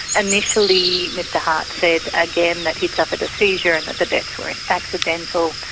initially mr hart said, again, that he had suffered a seizure and that the deaths were accidental.